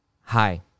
hi